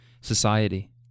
society